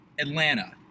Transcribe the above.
Atlanta